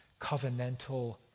covenantal